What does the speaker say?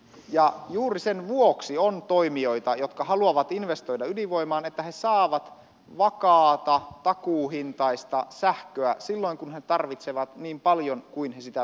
ja juuri sen vuoksi on toimijoita jotka haluavat investoida ydinvoimaan että he saavat vakaata takuuhintaista sähköä silloin kun he tarvitsevat niin paljon kuin he sitä tarvitsevat